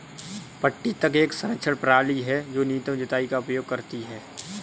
पट्टी तक एक संरक्षण प्रणाली है जो न्यूनतम जुताई का उपयोग करती है